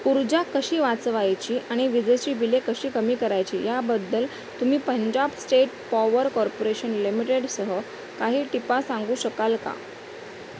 ऊर्जा कशी वाचवायची आणि विजेची बिले कशी कमी करायची याबद्दल तुम्ही पंजाब स्टेट पॉवर कॉर्पोरेशन लिमिटेडसह काही टिपा सांगू शकाल का